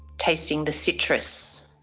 tasting the citrus,